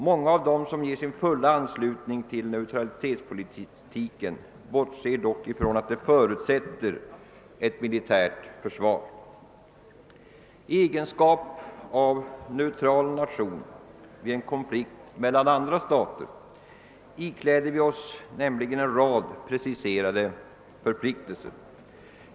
Många av dem som ger sin fulla anslutning till neutralitetspolitiken bortser dock ifrån att den förutsätter ett militärt försvar. I egenskap av neutral nation — vid en konflikt mellan andra stater — ikläder vi oss nämligen en rad preciserade förpliktelser.